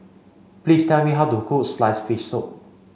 please tell me how to cook sliced fish soup